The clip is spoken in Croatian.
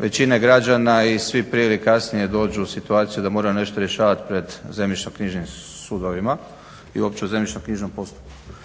većine građana i svi prije ili kasnije dođu u situaciju da mora nešto rješavat pred zemljišnoknjižnim sudovima i uopće u zemljišnoknjižnom postupku.